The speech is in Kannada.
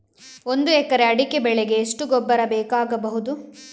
ಒಂದು ಎಕರೆ ಅಡಿಕೆ ಬೆಳೆಗೆ ಎಷ್ಟು ಗೊಬ್ಬರ ಬೇಕಾಗಬಹುದು?